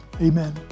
amen